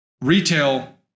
retail